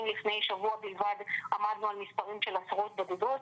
אם לפני שבוע בלבד עמדנו על מספרים של עשרות בודדות,